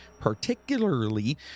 particularly